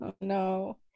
no